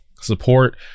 support